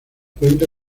cuenta